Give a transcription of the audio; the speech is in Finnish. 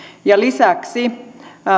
lisäksi